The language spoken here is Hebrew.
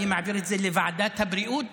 ואני מעביר את זה לוועדת הבריאות